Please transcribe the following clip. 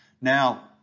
Now